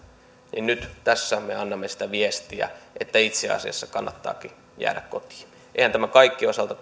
niin tässä me annamme viestiä että itse asiassa kannattaakin jäädä kotiin eihän tämä esitys kaikkien osalta